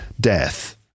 death